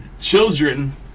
children